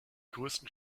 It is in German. größten